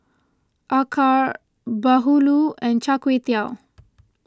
Acar Bahulu and Char Kway Teow